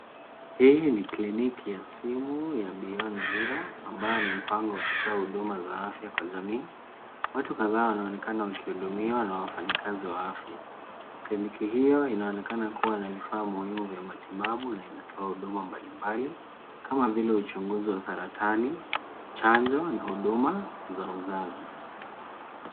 Hii ni kliniki ya simu ya Beyond Zero ambayo ni mpango wa kutoa huduma za afya kwa jamii. Watu kadhaa wanaonekana wakihudumiwa na wafanyikazi wa afya. Kliniki hiyo inaonekana kuwa na vifaa muhimu vya matibabu na inatoa huduma mbalimbali kama vile uchunguzi wa saratani, chanjo na huduma za uzazi.